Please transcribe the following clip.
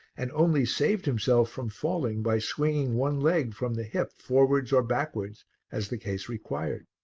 and only saved himself from falling by swinging one leg from the hip forwards or backwards as the case required.